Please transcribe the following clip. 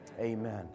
Amen